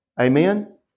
Amen